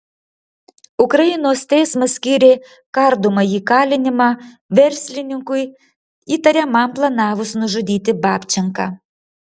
ukrainos teismas skyrė kardomąjį kalinimą verslininkui įtariamam planavus nužudyti babčenką